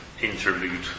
interlude